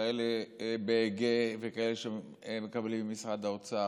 כאלה BEG וכאלה שמקבלים ממשרד האוצר,